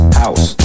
house